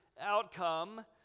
outcome